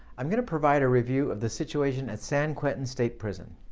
i'm going to provide a review of the situation at san quentin state prison.